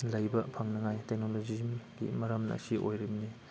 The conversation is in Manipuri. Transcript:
ꯂꯩꯕ ꯐꯪꯅꯉꯥꯏ ꯇꯦꯛꯅꯣꯂꯣꯖꯤꯒꯤ ꯃꯔꯝꯅ ꯁꯤ ꯑꯣꯏꯔꯤꯕꯅꯤ